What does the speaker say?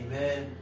Amen